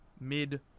mid-